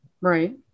Right